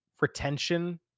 retention